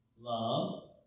love